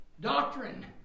doctrine